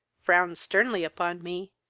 frowned sternly upon me,